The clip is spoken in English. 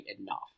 enough